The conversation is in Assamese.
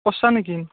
কৰিছা নেকি